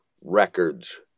Records